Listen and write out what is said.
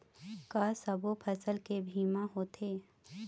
का सब्बो फसल के बीमा होथे?